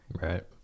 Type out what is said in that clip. Right